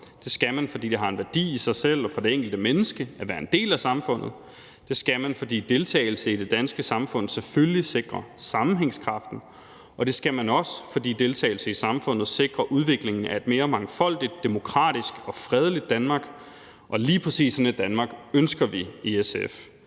Det skal man, fordi det har en værdi i sig selv og for det enkelte menneske at være en del af samfundet. Det skal man, fordi deltagelse i det danske samfund selvfølgelig sikrer sammenhængskraften. Og det skal man også, fordi deltagelse i samfundet sikrer udviklingen af et mere mangfoldigt, demokratisk og fredeligt Danmark. Og lige præcis sådan et Danmark ønsker vi i SF.